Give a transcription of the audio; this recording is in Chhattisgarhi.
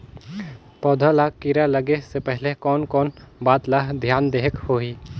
पौध ला कीरा लगे से पहले कोन कोन बात ला धियान देहेक होही?